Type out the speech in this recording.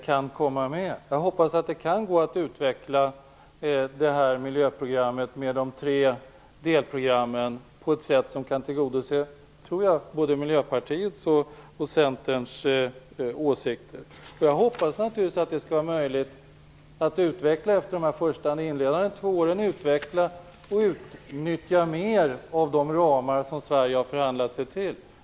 Jag hoppas och tror att det kan gå att utveckla miljöprogrammet med de tre delprogrammen på ett sätt som kan tillgodose både Miljöpartiets och Centerns åsikter. Jag hoppas naturligtvis att det skall vara möjligt att efter de inledande två åren utveckla och bättre utnyttja de ramar som Sverige har förhandlat sig till.